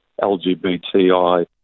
LGBTI